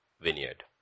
vineyard